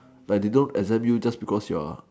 like they don't exempt you just because you're